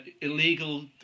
illegal